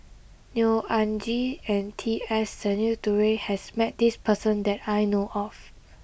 Neo Anngee and T S Sinnathuray has met this person that I know of